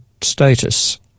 status